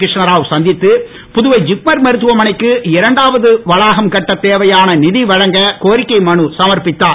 கிருஷ்ணராவ் சந்தித்து புதுவை ஜிப்மர் மருத்துவமனைக்கு இரண்டாவது வளாகம் கட்டத் தேவையான நீதி வழங்க கோரிக்கை மனு சமர்பித்தார்